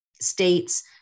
states